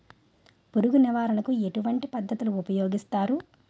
పురుగు నివారణ కు ఎటువంటి పద్ధతులు ఊపయోగిస్తారు?